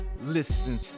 listen